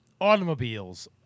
automobiles